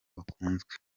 bakunzwe